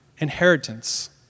inheritance